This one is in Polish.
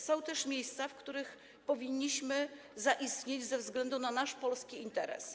Są też miejsca, w których powinniśmy zaistnieć ze względu na nasz polski interes.